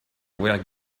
were